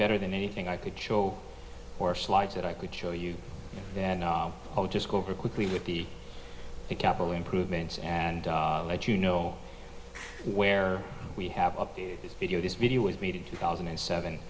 better than anything i could show or slides that i could show you then i'll just go over quickly with the capital improvements and let you know where we have updated this video this video was made in two thousand and seven